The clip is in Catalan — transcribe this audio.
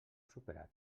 superat